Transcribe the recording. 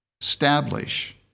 establish